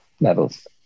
levels